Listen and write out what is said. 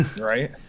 right